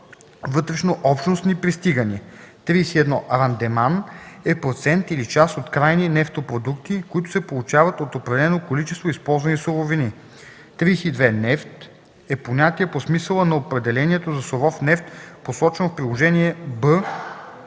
вътрешнообщностни пристигания. 31. „Рандеман” е процент или част от крайни нефтопродукти, които се получават от определено количество използвани суровини. 32. „Нефт” е понятие по смисъла на определението за суров нефт, посочено в Приложение Б,